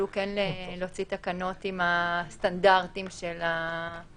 שתשקלו להוציא תקנות עם הסטנדרטים של ה-VC.